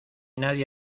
nadie